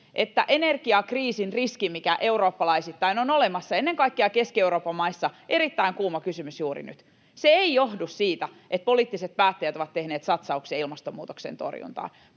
Energiakriisin riski, mikä eurooppalaisittain on olemassa — ennen kaikkea Keski-Euroopan maissa se on erittäin kuuma kysymys juuri nyt — ei johdu siitä, että poliittiset päättäjät ovat tehneet satsauksia ilmastonmuutoksen torjuntaan.